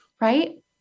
right